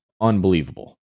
unbelievable